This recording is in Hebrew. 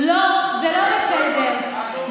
לא, זה לא בסדר.